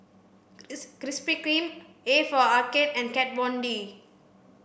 Krispy Kreme A for Arcade and Kat Von D